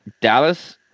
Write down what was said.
Dallas